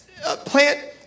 plant